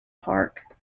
park